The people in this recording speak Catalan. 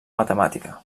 matemàtica